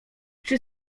czy